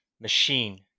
machine